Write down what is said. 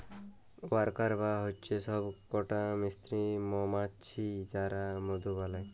worker bee হচ্যে সব কটা স্ত্রী মমাছি যারা মধু বালায়